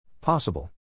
Possible